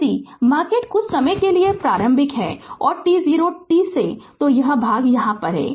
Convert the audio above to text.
यदि माकेट कुछ समय के लिए प्रारंभिक है और t0 t से तो यह भाग यहाँ है